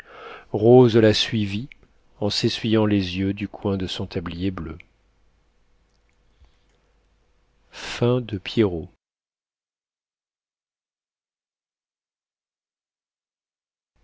rose la suivit en s'essuyant les yeux du coin de son tablier bleu